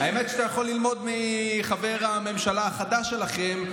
האמת היא שאתה יכול ללמוד מחבר הממשלה החדש שלכם,